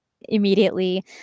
immediately